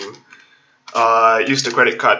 uh use a credit card